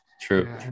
true